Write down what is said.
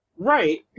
Right